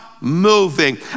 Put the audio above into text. moving